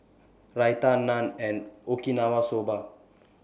Raita Naan and Okinawa Soba